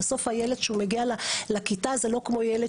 בסוף הילד שמגיע לכיתה זה לא כמו ילד